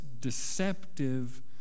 deceptive